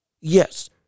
yes